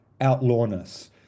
outlawness